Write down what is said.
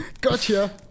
Gotcha